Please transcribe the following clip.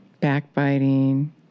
backbiting